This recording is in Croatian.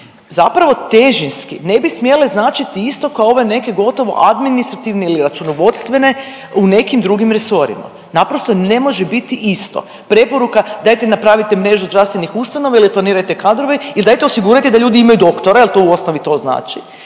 zapravo težinski ne bi smjele značiti isto kao ove neke gotovo administrativne ili računovodstvene u nekim drugim resorima, naprosto ne može biti isto. Preporuka dajte napravite mrežu zdravstvenih ustanova ili planirajte kadrove il dajte osigurajte da ljudi imaju doktora jel to u osnovi to znači,